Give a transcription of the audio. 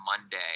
Monday